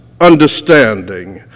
understanding